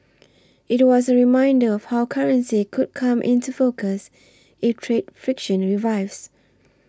it was a reminder of how currency could come into focus if trade friction revives